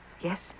Yes